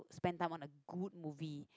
spend time on a good movie